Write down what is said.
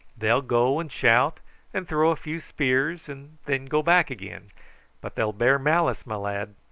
they'll go and shout and throw a few spears, and then go back again but they'll bear malice, my lad.